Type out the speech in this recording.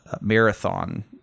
marathon